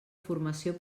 formació